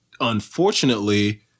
unfortunately